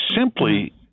simply